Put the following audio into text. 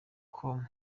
com